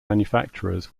manufacturers